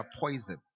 poison